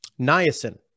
niacin